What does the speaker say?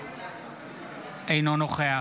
אינו נוכח